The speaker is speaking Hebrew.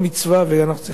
ואנחנו צריכים לעודד לכך.